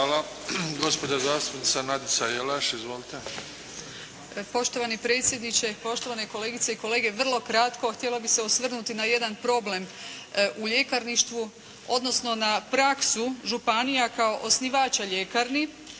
Hvala. Gospođa zastupnica Nadica Jelaš. Izvolite. **Jelaš, Nadica (SDP)** Poštovani predsjedniče, poštovani kolegice i kolege. Vrlo kratko htjela bih se osvrnuti na jedan problem u ljekarništvu odnosno na praksu županija kao osnivača ljekarni